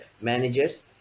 managers